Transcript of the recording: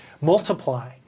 multiply